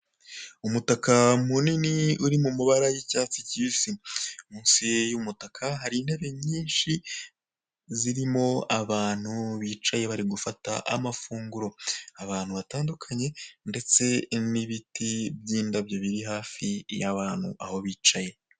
Umutaka munini uri mu mabara y'icyatsi kibisi, munsi y'umutaka hari intebe nyinshi zirimo abantu bicaye bari gufata amafunguro, abantu batandukanye ndetse n'ibiti by'indabyo biri hafi y'abantu aho bicaye.